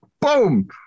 Boom